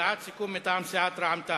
הודעת סיכום מטעם רע"ם-תע"ל: